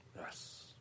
Yes